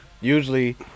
usually